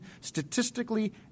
statistically